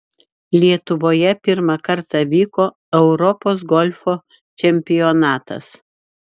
lietuvoje pirmą kartą vyko europos golfo čempionatas